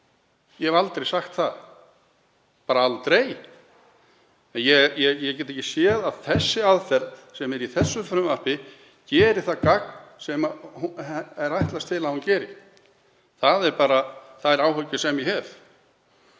Ég hef aldrei sagt það, bara aldrei. En ég get ekki séð að sú aðferð sem er í þessu frumvarpi geri það gagn sem ætlast er til að hún geri. Það eru þær áhyggjur sem ég hef.